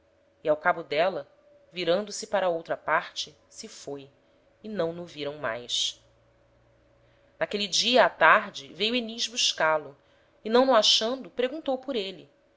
e ao cabo d'éla virando-se para outra parte se foi e não no viram mais n'aquele dia á tarde veio enis buscá-lo e não no achando preguntou por êle